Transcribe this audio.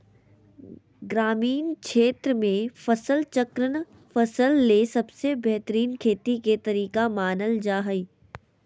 ग्रामीण क्षेत्र मे फसल चक्रण फसल ले सबसे बेहतरीन खेती के तरीका मानल जा हय